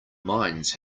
mines